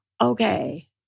okay